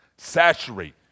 saturate